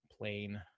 plain